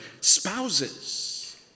spouses